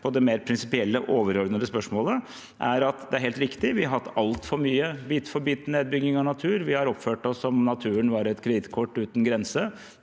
er det mer prinsipielle og overordnede spørsmålet, er at det er helt riktig at vi har hatt altfor mye bit-for-bit-nedbygging av natur; vi har oppført oss om naturen var et kredittkort uten grense.